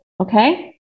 okay